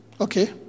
Okay